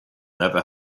never